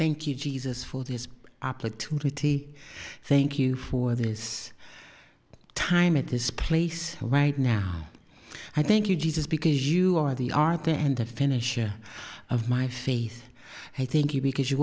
thank you jesus for this opportunity thank you for this time at this place right now i thank you jesus because you are the arthur and the finisher of my faith i think you because you